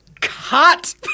cut